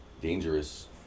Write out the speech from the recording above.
Dangerous